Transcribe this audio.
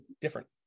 different